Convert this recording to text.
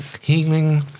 healing